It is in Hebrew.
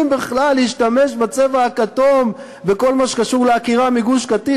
בכלל להשתמש בצבע הכתום בכל מה שקשור לעקירה מגוש-קטיף,